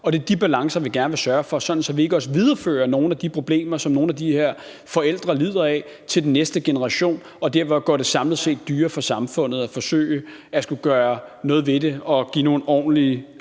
Det er de balancer, vi gerne vil sørge for, sådan at vi ikke også viderefører nogle af de problemer, som nogle af de her forældre har, til den næste generation, for samlet set vil det være dyrere for samfundet at forsøge at gøre noget ved og skulle til at give nogle ordentlige